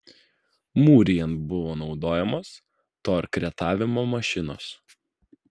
mūrijant buvo naudojamos torkretavimo mašinos